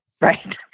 right